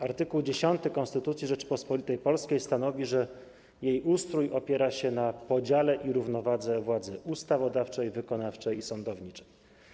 Art. 10 Konstytucji Rzeczypospolitej Polskiej stanowi, że jej ustrój opiera się na podziale i równowadze władzy ustawodawczej, wykonawczej i sądowniczej.